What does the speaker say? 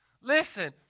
Listen